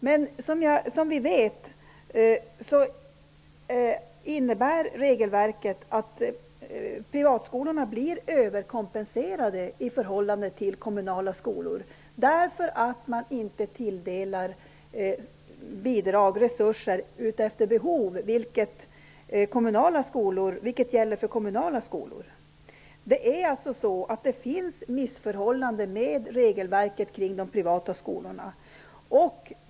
Men regelverket innebär att privatskolorna blir överkompenserade i förhållande till kommunala skolor på grund av att man inte tilldelar bidrag och resurser efter behov, vilket gäller för kommunala skolor. Det finns missförhållande med regelverket kring de privata skolorna.